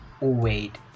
wait